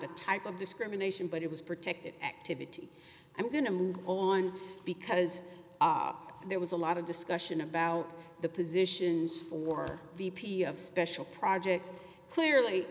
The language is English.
the type of discrimination but it was protected activity i'm going to move on because there was a lot of discussion about the positions for v p of special projects clearly